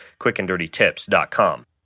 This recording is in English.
quickanddirtytips.com